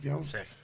Sick